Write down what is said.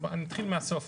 נתחיל מהסוף,